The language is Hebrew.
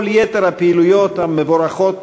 וכל יתר הפעילויות המבורכות